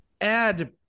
add